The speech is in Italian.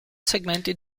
segmenti